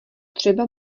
třeba